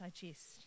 digest